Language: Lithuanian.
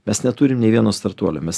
nes neturim nei vieno startuolio mes